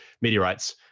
meteorites